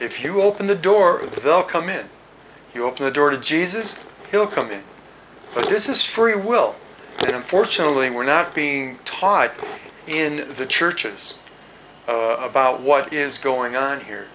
if you open the door they'll come in you open the door to jesus he'll come in but this is free will but unfortunately we're not being tied in the churches about what is going on here